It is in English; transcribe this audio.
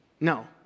No